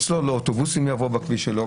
אצלו אוטובוסים לא יעברו בכביש שלו.